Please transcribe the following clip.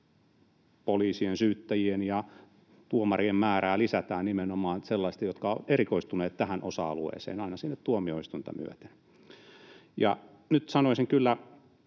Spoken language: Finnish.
poliisien, syyttäjien ja tuomarien määrää lisätään, nimenomaan sellaisten, jotka ovat erikoistuneet tähän osa-alueeseen, aina sitä tuomioistuinta myöten. Nyt sanoisin kyllä,